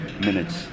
minutes